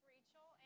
Rachel